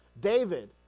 David